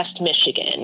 Michigan